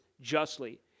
justly